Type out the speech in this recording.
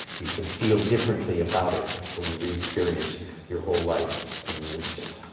you can feel differently about it when you re-experience your whole life in an instant.